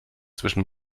zwischen